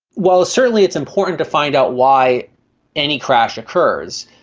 while certainly it's important to find out why any crash occurs,